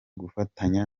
gufatanya